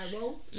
roll